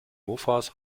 mofas